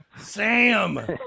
Sam